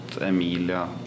emilia